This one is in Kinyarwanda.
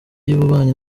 y’ububanyi